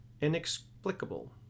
Inexplicable